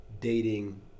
dating